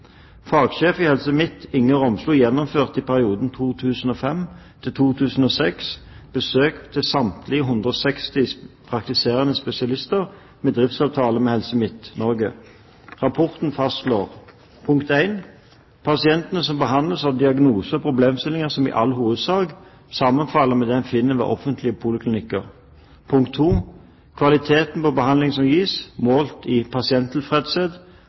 Fagsjef i Helse Midt-Norge, Inge Romslo, gjennomførte i perioden 2005–2006 besøk til samtlige 160 praktiserende spesialister med driftsavtale med Helse Midt-Norge. Rapporten fastslår: Pasientene som behandles, har diagnoser og problemstillinger som i all hovedsak sammenfaller med det man finner ved offentlige poliklinikker. Kvaliteten på behandlingen som gis, målt i pasienttilfredshet,